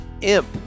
Imp